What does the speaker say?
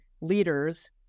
leaders